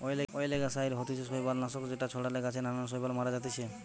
অয়েলগেসাইড হতিছে শৈবাল নাশক যেটা ছড়ালে গাছে নানান শৈবাল মারা জাতিছে